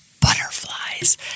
butterflies